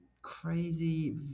crazy